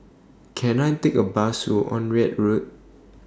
Can I Take A Bus to Onraet Road